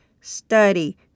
Study